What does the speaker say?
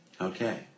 Okay